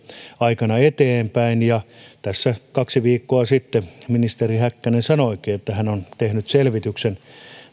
aikana eteenpäin tässä kaksi viikkoa sitten ministeri häkkänen sanoikin että hän on tehnyt selvityksen no